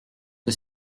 que